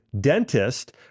dentist